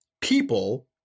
people